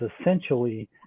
essentially